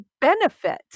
benefit